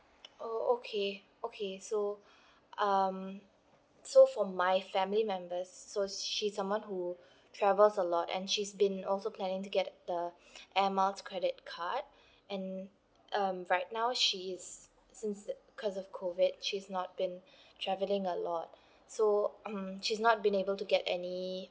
oh okay okay so um so for my family members so she's someone who travels a lot and she's been also planning to get the air miles credit card and um right now she is since the because of COVID she's not been travelling a lot so mm she's not been able to get any